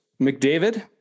McDavid